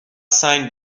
سنگ